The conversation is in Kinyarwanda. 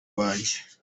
wanjye